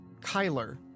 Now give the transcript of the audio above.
Kyler